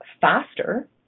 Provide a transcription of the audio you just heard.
faster